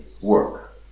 work